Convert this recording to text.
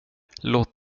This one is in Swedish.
låt